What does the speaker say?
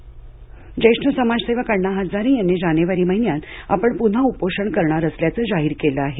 अण्णा हजारे उपोषण जेष्ठ समाज सेवक अण्णा हजारे यांनी जानेवारी महिन्यात आपण पुन्हा उपोषण करणार असल्याचं जाहीर केलं आहे